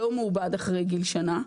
לא מעובד אחרי גיל שנה,